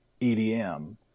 EDM